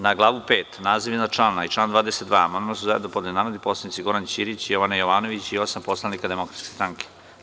Na glavu V naziv iznad člana i član 22. amandman su zajedno podneli narodni poslanici Goran Ćirić, Jovana Jovanović i osam poslanika Demokratske stranke.